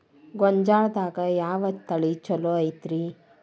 ಗೊಂಜಾಳದಾಗ ಯಾವ ತಳಿ ಛಲೋ ಐತ್ರಿ?